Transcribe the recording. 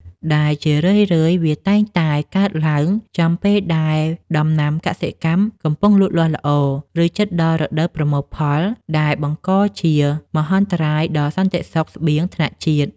ដែលជារឿយៗវាតែងតែកើតឡើងចំពេលដែលដំណាំកសិកម្មកំពុងលូតលាស់ល្អ ឬជិតដល់រដូវប្រមូលផល ដែលបង្កជាមហន្តរាយដល់សន្តិសុខស្បៀងថ្នាក់ជាតិ។